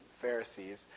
Pharisees